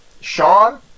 Sean